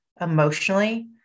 emotionally